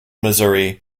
missouri